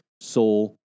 soul